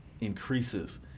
increases